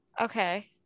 Okay